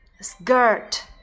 skirt